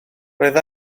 roedd